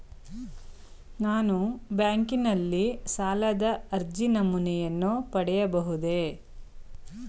ನಾನು ಬ್ಯಾಂಕಿನಲ್ಲಿ ಸಾಲದ ಅರ್ಜಿ ನಮೂನೆಯನ್ನು ಪಡೆಯಬಹುದೇ?